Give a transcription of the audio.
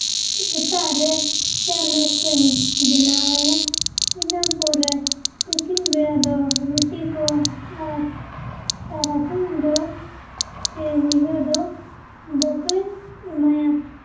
ᱥᱮᱛᱟᱜ ᱨᱮ ᱪᱟ ᱱᱟᱥᱛᱟᱧ ᱵᱮᱱᱟᱣᱟᱭᱟ ᱤᱱᱟᱹ ᱯᱚᱨᱮ ᱛᱤᱠᱤᱱ ᱵᱮᱲᱟ ᱫᱚ ᱨᱩᱴᱤ ᱠᱚ ᱟᱨ ᱛᱟᱨᱟᱥᱤᱧ ᱫᱚ ᱪᱮ ᱧᱤᱫᱟᱹ ᱫᱚ ᱫᱟᱠᱟᱧ ᱮᱢᱟᱭᱟ